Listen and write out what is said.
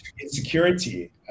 insecurity